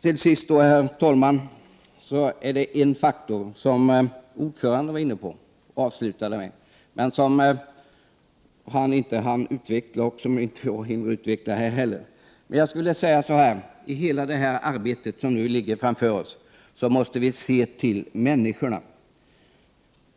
Till sist, herr talman, finns det en faktor, som ordföranden var inne på i slutet av sitt anförande men som han inte hann utveckla — och som inte jag heller hinner utveckla. Men jag skulle vilja säga att vi i hela det arbete som nu ligger framför oss måste se till människorna.